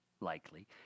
likely